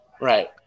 Right